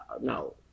no